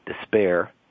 despair